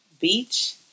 beach